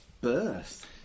birth